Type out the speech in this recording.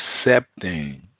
accepting